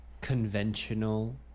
conventional